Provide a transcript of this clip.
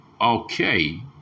Okay